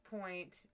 point